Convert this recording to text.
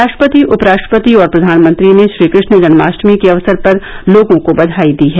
राष्ट्रपति उपराष्ट्रपति और प्रधानमंत्री ने श्रीकृष्ण जन्माष्टमी के अवसर पर लोगों को बधाई दी है